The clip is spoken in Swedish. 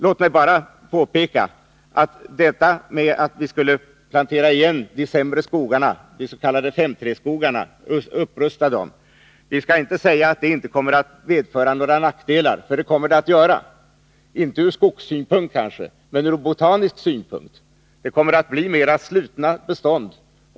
Låt mig bara påpeka att vi inte skall säga att en upprustning av de sämre skogarna, des.k. 5:3-skogarna inte kommer att medföra några nackdelar. Det kommer den att göra — kanske inte ur skogssynpunkt men ur botanisk synpunkt. Det kommer nämligen att bli mer slutna bestånd.